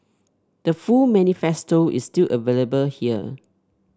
the full manifesto is still available here